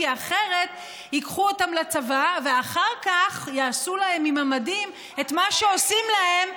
כי אחרת ייקחו אותם לצבא ואחר כך יעשו להם עם המדים את מה שעושים להם,